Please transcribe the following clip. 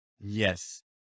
Yes